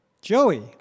Joey